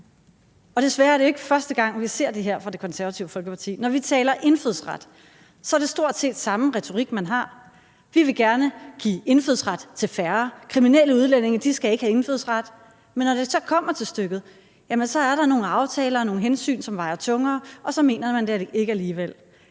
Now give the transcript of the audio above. Desværre er det ikke første gang, vi ser det her fra Det Konservative Folkeparti. Når vi taler indfødsret, er det stort set samme retorik, man har: Vi vil gerne give indfødsret til færre; kriminelle udlændinge skal ikke have indfødsret. Men når det så kommer til stykket, jamen så er der nogle aftaler og nogle hensyn, der vejer tungere, og så mener man det alligevel